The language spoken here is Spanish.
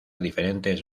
diferentes